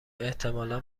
احتمالا